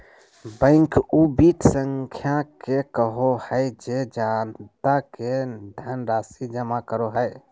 bank उ वित संस्था के कहो हइ जे जनता से धनराशि जमा करो हइ